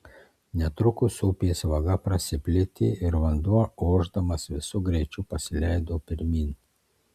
netrukus upės vaga prasiplėtė ir vanduo ošdamas visu greičiu pasileido pirmyn